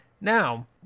Now